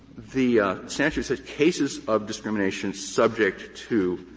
the statute says cases of discrimination subject to